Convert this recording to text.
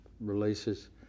releases